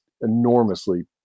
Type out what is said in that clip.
enormously